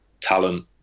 talent